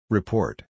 Report